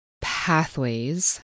pathways